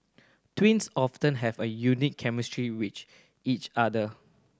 twins often have a unique chemistry which each other